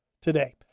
today